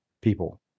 people